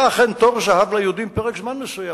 היה אכן תור זהב ליהודים פרק זמן מסוים.